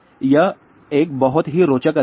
यह एक बहुत ही रोचक अध्ययन है